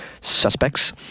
suspects